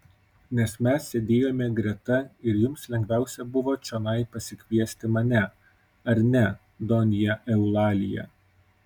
nes mes sėdėjome greta ir jums lengviausia buvo čionai pasikviesti mane ar ne donja eulalija